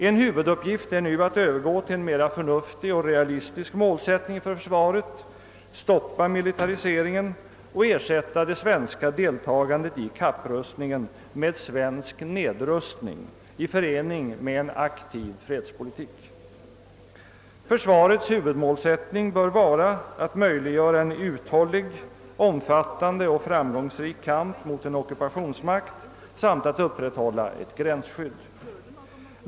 En huvuduppgift är nu att övergå till en mera förnuftig och realistisk målsättning för försvaret, stoppa militariseringen och ersätta det svenska deltagandet i kapprustningen med svensk nedrustning i förening med en aktiv fredspolitik. Försvarets huvudmålsättning bör vara att möjliggöra en uthållig, omfattande och framgångsrik kamp mot en ockupationsmakt samt att upprätthålla ett gränsskydd.